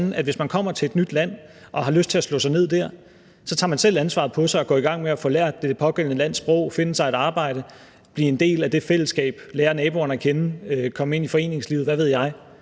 at når man kommer til et nyt land og har lyst til at slå sig ned der, så tager man selv ansvaret på sig og går i gang med at få lært det pågældende lands sprog, finde sig et arbejde, blive en del af det fællesskab, lære naboerne at kende, komme hen i foreningslivet, og hvad ved jeg.